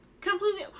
Completely